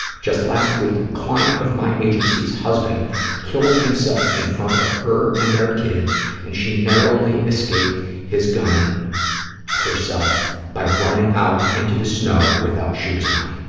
just last week, a client of my agency's husband killed himself in front of her and their kids and she narrowly escaped his gun herself by running out into the snow without shoes on.